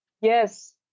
yes